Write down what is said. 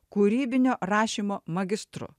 kūrybinio rašymo magistru